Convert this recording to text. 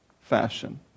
fashion